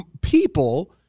people